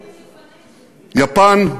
יפן,